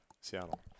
Seattle